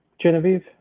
Genevieve